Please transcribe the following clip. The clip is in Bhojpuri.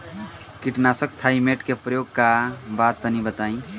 कीटनाशक थाइमेट के प्रयोग का बा तनि बताई?